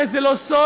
הרי זה לא סוד